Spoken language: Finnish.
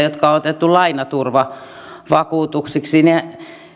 jotka on otettu lainaturvavakuutuksiksi ne